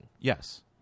Yes